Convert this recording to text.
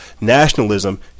nationalism